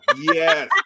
Yes